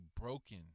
broken